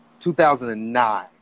2009